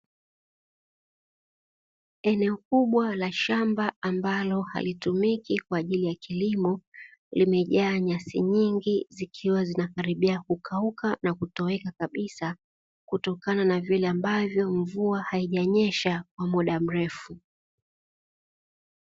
Eneo kubwa la shamba ambalo halitumiki kwa ajili ya kilimo limejaa nyasi nyingi zikiwa zinakaribia kukauka na kutoweka kabisa, kutokana na vile ambavyo mvua haijanyesha kwa muda mrefu.